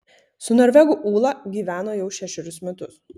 su norvegu ūla gyveno jau šešerius metus